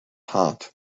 hot